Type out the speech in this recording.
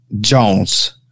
Jones